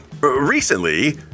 recently